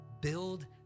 build